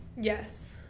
yes